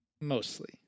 mostly